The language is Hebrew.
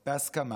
בהסכמה,